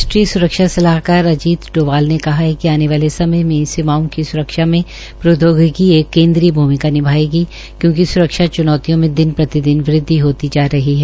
राष्ट्रीय स्रक्षा सलाहकार अजीत डोभाल ने कहा है कि आने वाले समय मे सीमाओं की स्रक्षा में प्रौदयोगिकी एक केन्द्रीय भूमिका निभायेगी क्योकि स्रक्षा च्नौतियों में दिन प्रतिदिन वृदवि होती जा रही है